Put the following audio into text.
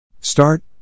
start